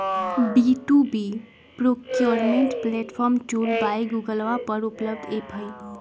B two B procurement platform tool by गूगलवा पर उपलब्ध ऐप हई